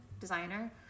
designer